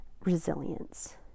resilience